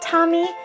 Tommy